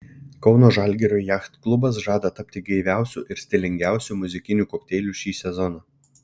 kauno žalgirio jachtklubas žada tapti gaiviausiu ir stilingiausiu muzikiniu kokteiliu šį sezoną